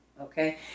Okay